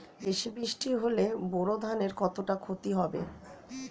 বেশি বৃষ্টি হলে বোরো ধানের কতটা খতি হবে?